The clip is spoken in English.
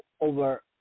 over